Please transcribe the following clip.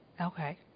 Okay